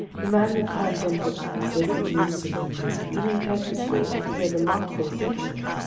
the man with calm, gentle eyes listened to me serenely, even courteously, and paid remarkable attention.